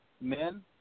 men